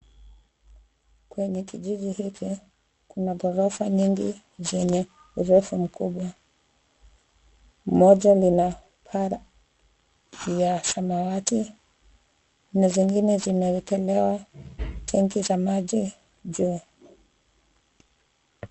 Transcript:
Kwenye kijiji hiki kuna ghorofa nyingi zenye urefu mkubwa . Moja lina paa ya samawati na zingine zimewekelewa tenki za maji juu.